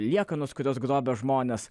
liekanos kurios grobia žmones